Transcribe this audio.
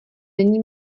není